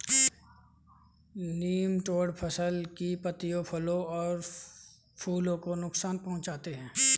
nematode फसल की पत्तियों फलों और फूलों को नुकसान पहुंचाते हैं